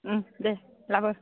दे लाबो